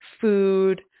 food